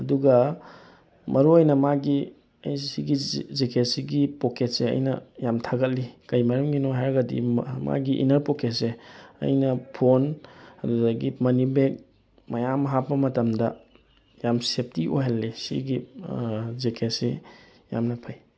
ꯑꯗꯨꯒ ꯃꯔꯨ ꯑꯣꯏꯅ ꯃꯥꯒꯤ ꯑꯩ ꯁꯤꯒꯤ ꯖꯦꯛꯀꯦꯠꯁꯤꯒꯤ ꯄꯣꯛꯀꯦꯠꯁꯦ ꯑꯩꯅ ꯌꯥꯝ ꯊꯥꯒꯠꯂꯤ ꯀꯩ ꯃꯔꯝꯒꯤꯅꯣ ꯍꯥꯏꯔꯒꯗꯤ ꯃꯥꯒꯤ ꯏꯟꯅꯔ ꯄꯣꯀꯦꯠꯁꯦ ꯑꯩꯅ ꯐꯣꯟ ꯑꯗꯨꯗꯒꯤ ꯃꯅꯤ ꯕꯦꯒ ꯃꯌꯥꯝ ꯍꯥꯞꯄ ꯃꯇꯝꯗ ꯌꯥꯝ ꯁꯦꯞꯇꯤ ꯑꯣꯏꯍꯜꯂꯦ ꯁꯤꯒꯤ ꯖꯦꯀꯦꯠꯁꯤ ꯌꯥꯝꯅ ꯐꯩ